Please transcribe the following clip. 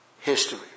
history